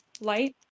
Light